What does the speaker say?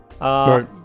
Right